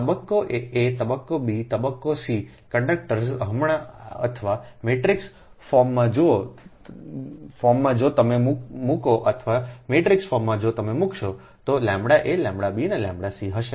તબક્કો a તબક્કો b તબક્કો c કંડક્ટર્સ હમણાં અથવા મેટ્રિક્સ ફોર્મમાં જો તમે મૂકો અથવા મેટ્રિક્સ ફોર્મમાં જો તમે મૂકશો તો તેʎaʎb અનેʎc હશે